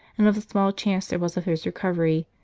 and of the small chance there was of his recovery,